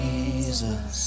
Jesus